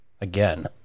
again